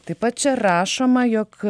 taip pat čia rašoma jog